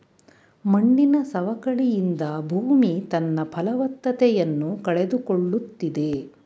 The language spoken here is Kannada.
ಮಣ್ಣಿನ ಸವಕಳಿಯಿಂದ ಭೂಮಿ ತನ್ನ ಫಲವತ್ತತೆಯನ್ನು ಕಳೆದುಕೊಳ್ಳುತ್ತಿದೆ